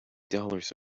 dollars